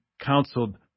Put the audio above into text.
counseled